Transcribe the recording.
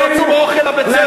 הם רוצים אוכל לבית-ספר.